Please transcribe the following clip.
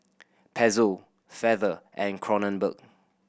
Pezzo Feather and Kronenbourg